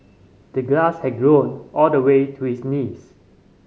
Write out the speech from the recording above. the grass had grown all the way to his knees